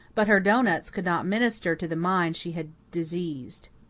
but her doughnuts could not minister to the mind she had diseased.